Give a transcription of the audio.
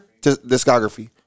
discography